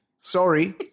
Sorry